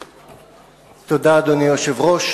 תודה, אדוני היושב-ראש.